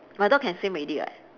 my dog can swim already [what]